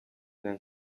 than